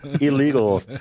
illegal